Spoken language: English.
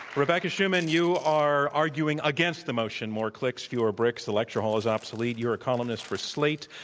rebecca schuman, you are arguing against the motion, more clicks, fewer bricks the lecture hall is obsolete. you are a columnist for slate.